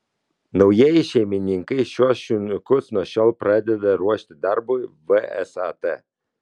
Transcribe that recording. naujieji šeimininkai šiuos šuniukus nuo šiol pradeda ruošti darbui vsat